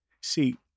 See